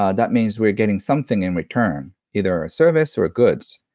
um that means we're getting something in return, either a service or goods,